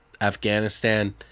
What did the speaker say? Afghanistan